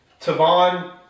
Tavon